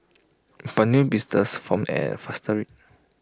but new blisters form at faster rate